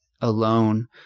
alone